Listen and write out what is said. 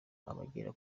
abagera